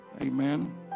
amen